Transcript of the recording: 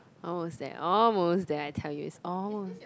oh almost there almost there I tell you